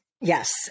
Yes